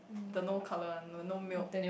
the no colour one the no milk